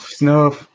no